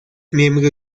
miembro